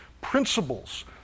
principles